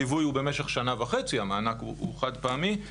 הליווי הוא במשך שנה וחצי, והמענק הוא חד-פעמי.